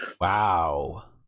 wow